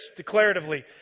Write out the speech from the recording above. declaratively